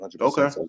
Okay